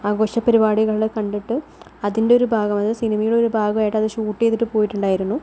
ആഘോഷ പരിപാടികൾ കണ്ടിട്ട് അതിൻ്റെ ഒരു ഭാഗം അതായത് സിനിമയുടെ ഒരു ഭാഗമായിട്ട് അത് ഷൂട്ട് ചെയ്തിട്ട് പോയിട്ടുണ്ടായിരുന്നു